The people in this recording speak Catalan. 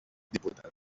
diputat